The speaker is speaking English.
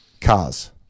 cars